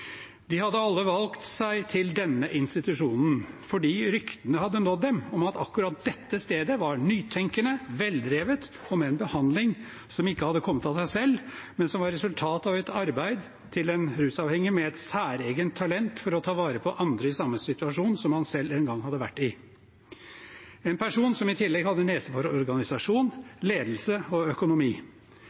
De hadde alle valgt seg til denne institusjonen fordi ryktene hadde nådd dem om at akkurat dette stedet var nytenkende, veldrevet og med en behandling som ikke hadde kommet av seg selv, men som var resultat av et arbeid til en rusavhengig med et særegent talent for å ta vare på andre i samme situasjon som han selv en gang hadde vært i – en person som i tillegg hadde nese for organisasjon, ledelse og økonomi.